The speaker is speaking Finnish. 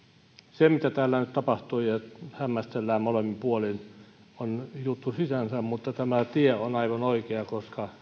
se mitä täällä nyt tapahtui ja ja mitä hämmästellään molemmin puolin on juttu sinänsä mutta tämä tie on aivan oikea koska